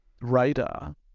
radar